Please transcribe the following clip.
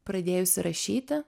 pradėjusi rašyti